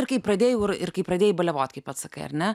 ir kai pradėjau ir kai pradėjau baliavot kaip pats sakai ar ne